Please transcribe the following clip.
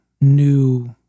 new